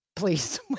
Please